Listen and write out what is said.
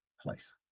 place